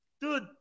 Dude